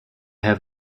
have